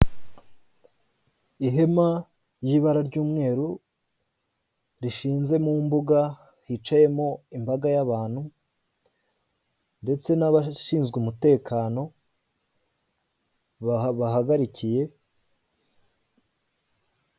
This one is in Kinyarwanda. Ihema ry'ibara ry'umweru rishinze mu mbuga, hicayemo imbaga y'abantu ndetse n'abashinzwe umutekano babahagarikiye.